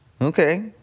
okay